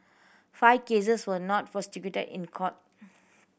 five cases were not prosecuted in court